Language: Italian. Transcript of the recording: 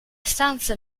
stanza